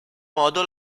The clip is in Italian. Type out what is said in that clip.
modo